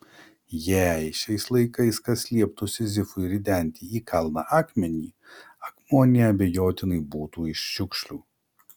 jei šiais laikais kas lieptų sizifui ridenti į kalną akmenį akmuo neabejotinai būtų iš šiukšlių